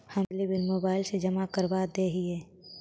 हम बिजली bill mobile से जमा करवा देहियै?